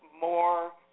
more